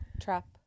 trap